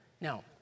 Now